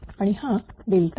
आणि हा PL